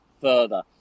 further